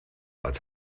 but